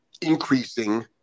increasing